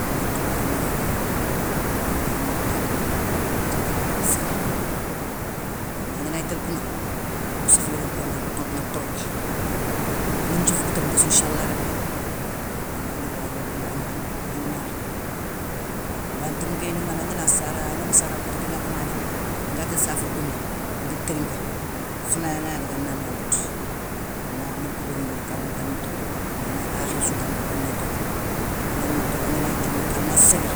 Anma tougouné da ma khoré, wala an ntata wathié ké tata na mbissimila, ina angana gni télé kounŋa, nŋa sofoyogoni konaŋa ŋa tontona ntoro ké, angani nthiofo kou térinkassou inchalla rabi ang gna, bana térinkéyé ni mané angana sara angami sara kouta guila lamané, anga tél saféri gouné angadi térinka. Fana angana daga anallah botou, ana angadi kou béni gni no kadounko ani doro, igagna akhi sou tane ani doro, angani doro angana gni télé nokhou ana séré,